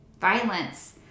violence